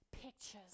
pictures